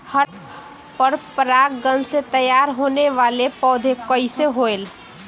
पर परागण से तेयार होने वले पौधे कइसे होएल?